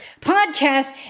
podcast